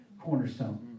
cornerstone